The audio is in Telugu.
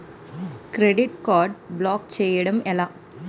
క్రెడిట్ కార్డ్ బ్లాక్ చేయడం ఎలా?